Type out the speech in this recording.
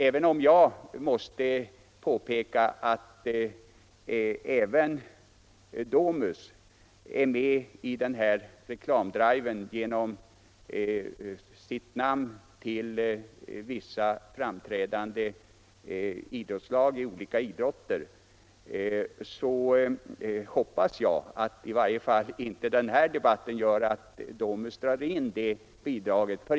Även om jag måste påpeka att Domus också är med i den här reklamkampanjen genom att lämna sitt namn till vissa framträdande idrottslag så hoppas jag att i varje fall inte den här debatten gör att Domus drar in bidraget.